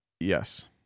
Yes